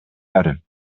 erde